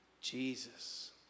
Jesus